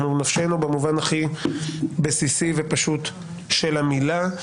בנפשנו במובן הכי בסיסי ופשוט של המילה.